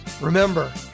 Remember